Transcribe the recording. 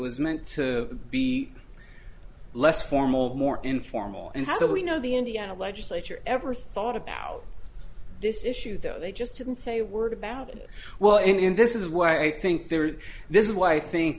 was meant to be less formal more informal and how do we know the indiana legislature ever thought about this issue though they just didn't say a word about it well and this is why i think they're this is why i